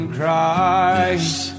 Christ